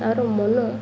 ତାର ମନ